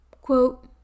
Quote